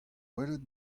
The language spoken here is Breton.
welet